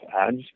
ads